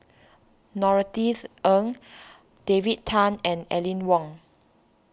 Norothy's Ng David Tham and Aline Wong